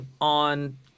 on